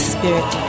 Spirit